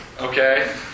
okay